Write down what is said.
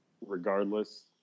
regardless